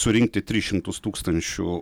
surinkti tris šimtus tūkstančių